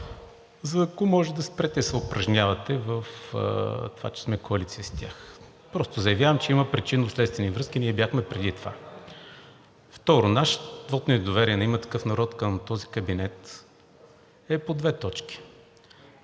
ако може да спрете да се упражнявате в това, че сме коалиция с тях, и заявявам, че има причинно-следствени връзки – ние бяхме преди това. Второ, нашият вот на недоверие, на „Има такъв народ“ към този кабинет е по две точки